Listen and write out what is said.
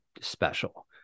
special